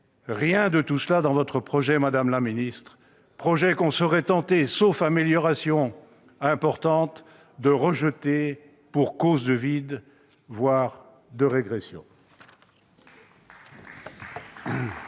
rien de tout cela dans votre projet, madame la ministre, projet qu'on serait tenté, sauf amélioration importante, de rejeter pour cause de vide, voire de régression.